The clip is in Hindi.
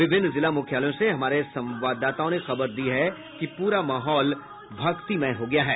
विभिन्न जिला मुख्यालयों से हमारे संवाददाताओं ने खबर दी है कि पूरा माहौल भक्तिमय हो गया है